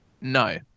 No